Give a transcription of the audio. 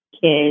kids